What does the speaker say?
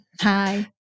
Hi